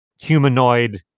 humanoid